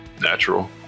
natural